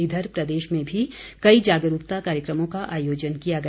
इधर प्रदेश में भी कई जागरूकता कार्यक्रमों का आयोजन किया गया